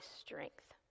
strength